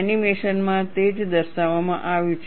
એનિમેશનમાં તે જ દર્શાવવામાં આવ્યું છે